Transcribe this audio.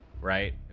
right